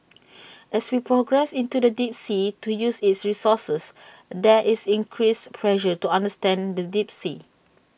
as we progress into the deep sea to use its resources there is increased pressure to understand the deep sea